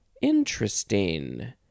Interesting